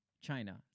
China